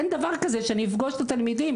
אין דבר כזה שאני אפגוש את התלמידים